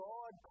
God